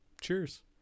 Cheers